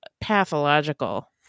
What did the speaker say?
pathological